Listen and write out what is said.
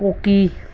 कोकी